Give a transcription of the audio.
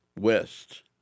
west